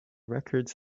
records